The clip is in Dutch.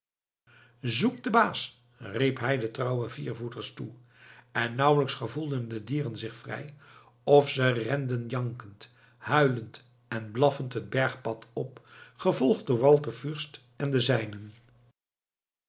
zoekt den baas riep hij de trouwe viervoeters toe en nauwelijks gevoelden de dieren zich vrij of ze renden jankend huilend en blaffend het bergpad op gevolgd door walter fürst en de zijnen